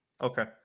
Okay